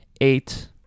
eight